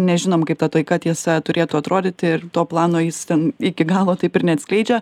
nežinom kaip ta taika tiesa turėtų atrodyti ir to plano jis ten iki galo taip ir neatskleidžia